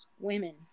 women